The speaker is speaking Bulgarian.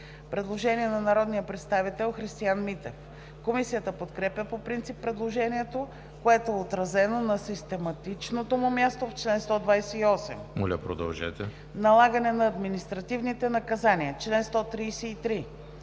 Предложение на народния представител Христиан Митев. Комисията подкрепя по принцип предложението, което е отразено на систематичното му място в чл. 128. „Налагане на административните наказания – чл. 133“.